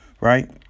right